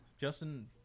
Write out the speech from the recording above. Justin